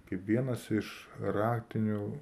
kaip vienas iš raktinių